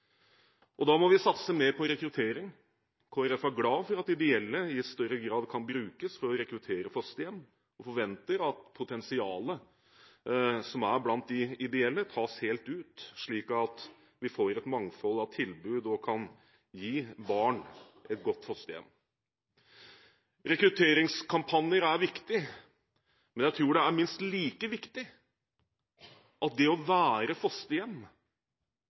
umiddelbart. Da må vi satse mer på rekruttering. Kristelig Folkeparti er glad for at de ideelle i større grad kan brukes for å rekruttere fosterhjem, og forventer at potensialet som er blant de ideelle, tas helt ut, slik at vi får et mangfold av tilbud og kan gi barn et godt fosterhjem. Rekrutteringskampanjer er viktig, men jeg tror det er minst like viktig at det å være fosterhjem